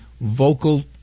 vocal